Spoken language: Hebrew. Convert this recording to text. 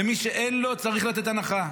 למי שאין לו צריך לתת הנחה.